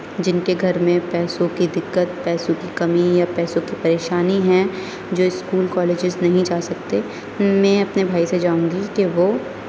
جن کے گھر میں پیسوں کی دقت پیسوں کی کمی یا پیسوں کی پریشانی ہیں جو اسکول کالجز نہیں جا سکتے میں اپنے بھائی سے چاہوں گی کہ وہ